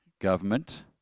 government